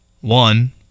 one